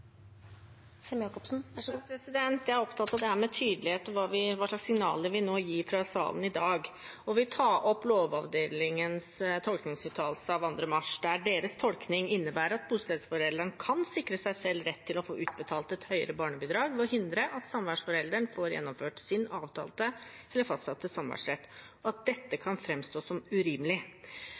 lovverk, og så må vi eventuelt komme med nye endringer hvis det er behov for det. Men det kan godt være at vi ikke trenger det. Jeg av opptatt av dette med tydelighet og hva slags signaler vi nå gir fra salen i dag, og vil ta opp Lovavdelingens tolkningsuttalelse av 2. mars. Deres tolkning innebærer at bostedsforelderen kan sikre seg selv rett til å få utbetalt et høyere barnebidrag ved å hindre at samværsforelderen får gjennomført sin avtalte eller fastsatte